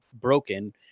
broken